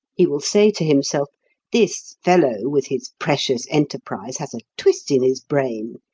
he will say to himself this fellow with his precious enterprise has a twist in his brain.